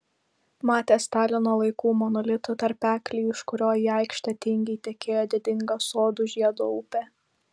matė stalino laikų monolitų tarpeklį iš kurio į aikštę tingiai tekėjo didinga sodų žiedo upė